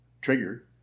trigger